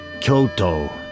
Kyoto